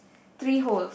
three holes